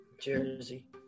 Jersey